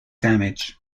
damage